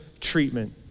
treatment